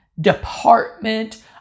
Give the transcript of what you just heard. department